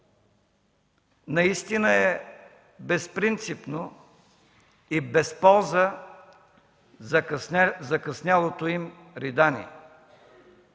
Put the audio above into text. наистина е безпринципно и без полза закъснялото им ридание.